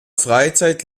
freizeit